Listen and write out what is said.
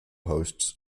hosts